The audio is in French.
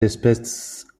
espèce